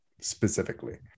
specifically